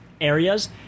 areas